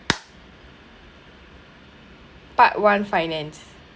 part one finance